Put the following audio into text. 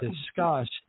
discuss